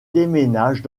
déménagent